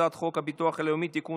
הצעת חוק הביטוח הלאומי (תיקון,